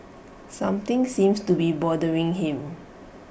something seems to be bothering him